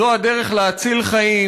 זו הדרך להציל חיים,